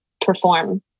perform